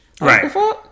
right